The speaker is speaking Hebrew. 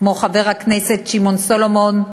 כמו חבר הכנסת שמעון סולומון,